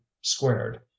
squared